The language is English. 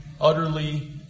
utterly